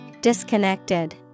Disconnected